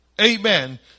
amen